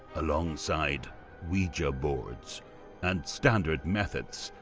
alongside ouija boards and standard methods,